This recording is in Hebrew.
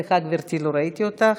סליחה, גברתי, לא ראיתי אותך.